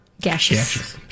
Gaseous